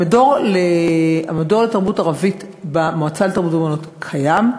המדור לתרבות ערבית במועצה לתרבות ואמנות קיים.